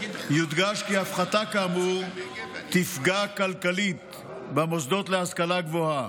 יודגש כי הפחתה כאמור תפגע כלכלית במוסדות להשכלה גבוהה.